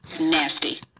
Nasty